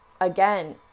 again